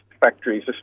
factories